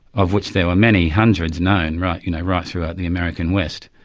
of which there were many hundreds known right you know right throughout the american west,